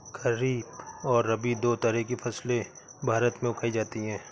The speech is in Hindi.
खरीप और रबी दो तरह की फैसले भारत में उगाई जाती है